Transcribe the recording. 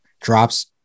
drops